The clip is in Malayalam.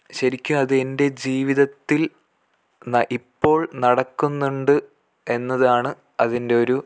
ശരിക്കും അതെൻ്റെ ജീവിതത്തിൽ ന ഇപ്പോൾ നടക്കുന്നുണ്ട് എന്നതാണ് അതിൻ്റെ ഒരു